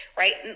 right